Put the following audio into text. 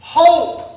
hope